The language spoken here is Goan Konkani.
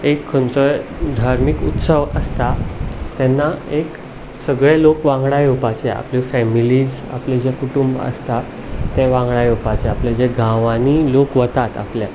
एक खंयचोय धार्मिक उत्सव आसता तेन्ना एक सगळे लोक वांगडा येवपाचे आपली फेमिलीज आपले जे कुटूंब आसता ते वांगडा येवपाचे आपले जे गांवांनी लोक वतात आपल्या